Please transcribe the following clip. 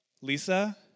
Lisa